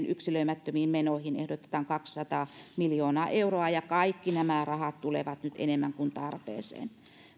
yksilöimättömiin menoihin ehdotetaan kaksisataa miljoonaa euroa ja kaikki nämä rahat tulevat nyt enemmän kuin tarpeeseen